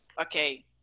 Okay